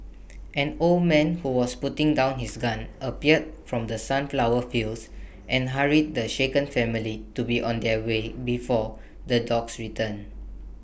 an old man who was putting down his gun appeared from the sunflower fields and hurried the shaken family to be on their way before the dogs return